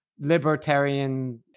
libertarian